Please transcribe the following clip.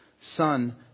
Son